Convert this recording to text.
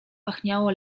pachniało